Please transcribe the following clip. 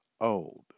old